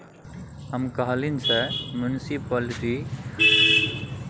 हम काल्हि सँ म्युनिसप्लिटी बांडक बारे मे सुनि रहल छी